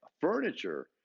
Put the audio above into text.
furniture